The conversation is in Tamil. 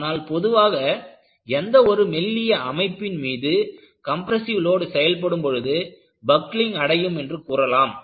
ஆனால் பொதுவாக எந்த ஒரு மெல்லிய அமைப்பின் மீது கம்ப்ரெஸ்ஸிவ் லோடு செயல்படும் பொழுது பக்லிங் அடையும் என்று கூறலாம்